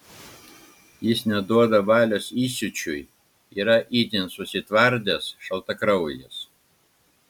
jis neduoda valios įsiūčiui yra itin susitvardęs šaltakraujis